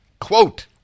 quote